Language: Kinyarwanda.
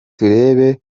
turebe